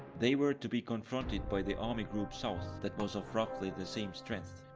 they were to be confronted by the army group south, that was of roughy the same strength.